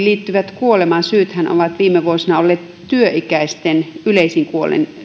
liittyvät kuolemansyythän ovat viime vuosina olleet työikäisten yleisin kuolinsyy